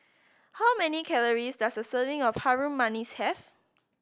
how many calories does a serving of Harum Manis have